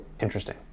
Interesting